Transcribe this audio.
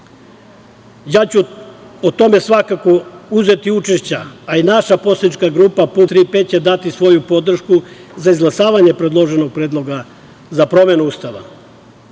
ću svakako uzeti učešća, a i naša poslanička grupa PUPS će dati svoju podršku za izglasavanje predloženog predloga za promenu Ustava. Kada